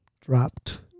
dropped